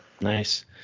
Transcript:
Nice